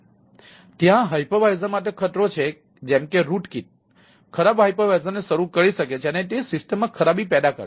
ત્યાં હાઇપરવિઝર માટે ખતરો છે જેમ કે રુટ કીટ ખરાબ હાઇપરવિઝર ને શરૂ કરી શકે છે અને તે સિસ્ટમમાં ખરાબી પેદા કરે છે